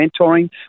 mentoring